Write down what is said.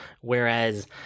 Whereas